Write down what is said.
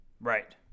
Right